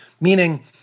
Meaning